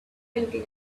looking